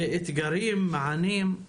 אתגרים, מענים ועוד.